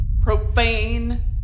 profane